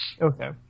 Okay